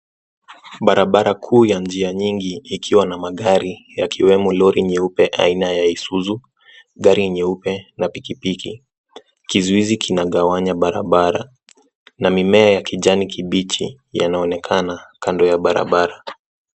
Barabara kuu ya njia nyingi ikiwa na magari yakiwemo lori nyeupe aina ya Isuzu, gari nyeupe na pikipiki. Kizuizi kinagawanya barabara na mimea ya kijani kibichi yanaonekana kando ya barabara.